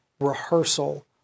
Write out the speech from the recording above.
rehearsal